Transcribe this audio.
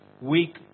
weak